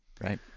Right